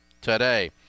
today